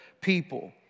people